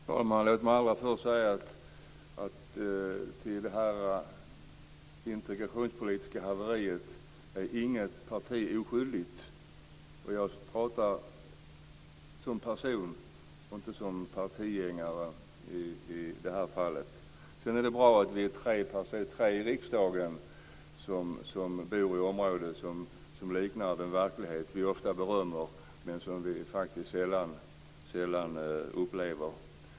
Fru talman! Inget parti är oskyldigt till det integrationspolitiska haveriet. Jag pratar som person, inte som partianhängare, i det här fallet. Det är bra att vi är tre stycken i riksdagen som bor i områden som liknar den verklighet vi ofta berömmer men som vi faktiskt sällan upplever.